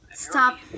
Stop